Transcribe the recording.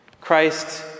Christ